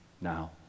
now